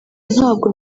ntabwo